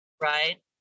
right